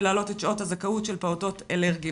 ולהעלות את שעות הזכאות של פעוטות אלרגיים.